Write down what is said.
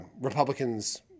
Republicans